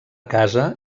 casa